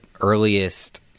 earliest